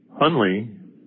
Hunley